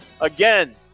Again